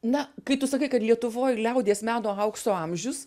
na kai tu sakai kad lietuvoj liaudies meno aukso amžius